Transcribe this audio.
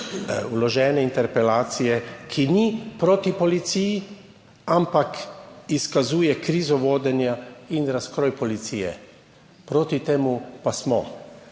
vložene interpelacije, ki ni proti policiji, ampak izkazuje krizo vodenja in razkroj policije. Proti temu pa smo.